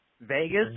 Vegas